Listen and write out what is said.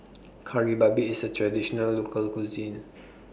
Kari Babi IS A Traditional Local Cuisine